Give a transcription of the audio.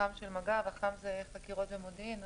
מג"ב, חקירות ומודיעין.